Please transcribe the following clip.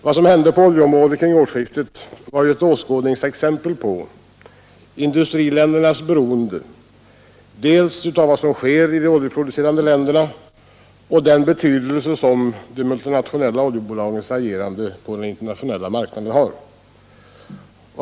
Vad som hände på oljeområdet kring årsskiftet var ju ett åskådningsexempel dels på industriländernas beroende av det som sker i de oljeproducerande länderna, dels på den betydelse de multinationella oljebolagens agerande har för den internationella marknaden.